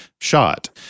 shot